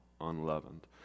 unleavened